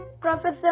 Professor